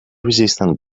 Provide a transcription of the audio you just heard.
resistant